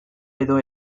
edo